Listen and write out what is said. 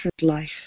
life